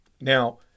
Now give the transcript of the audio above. Now